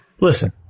Listen